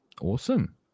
Awesome